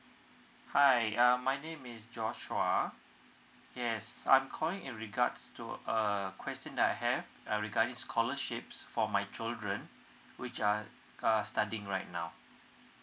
hi uh my name is joshua yes I'm calling in regards to err question that I have uh regarding scholarships for my children which are ar~ studying right now